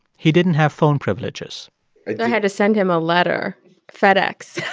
he didn't have phone privileges i had to send him a letter fedex